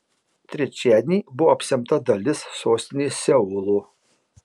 trečiadienį buvo apsemta dalis sostinės seulo